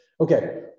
Okay